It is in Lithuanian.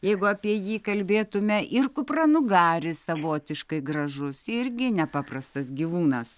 jeigu apie jį kalbėtume ir kupranugaris savotiškai gražus irgi nepaprastas gyvūnas